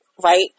right